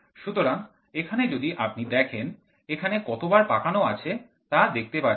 সুতরাং এখানে যদি আপনি দেখেন এখানে কতবার পাকানো আছে তা দেখতে পাচ্ছেন